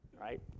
right